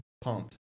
pumped